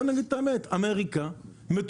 אמריקה למשל,